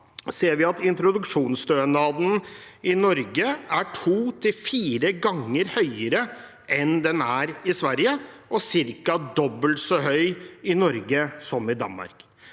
ser vi at introduksjonsstønaden i Norge er to til fire ganger høyere enn den er i Sverige, og ca. dobbelt så høy i Norge som i Danmark.